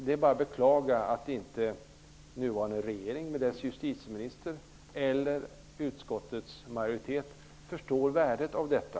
Det är bara att beklaga att inte nuvarande regering och dess justitieminister eller utskottets majoritet förstår värdet av detta.